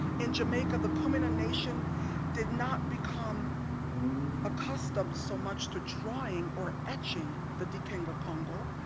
in jamaica, the kumina nation did not become accustomed, so much, to drawing or etching the dikenga kongo,